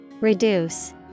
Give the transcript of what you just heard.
Reduce